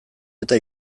eta